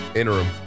Interim